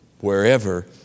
wherever